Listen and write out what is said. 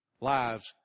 Lives